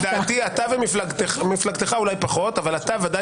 לדעתי אתה ומפלגתך מפלגתך אולי פחות אבל אתה ודאי